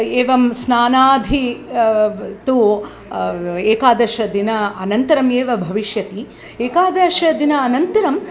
एवं स्नानादि तु एकादशदिनमनन्तरमेव भविष्यति एकादशदिनमनन्तरम्